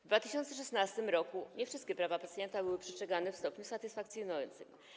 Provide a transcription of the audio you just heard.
W 2016 r. nie wszystkie prawa pacjenta były przestrzegane w stopniu satysfakcjonującym.